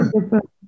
different